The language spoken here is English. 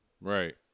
right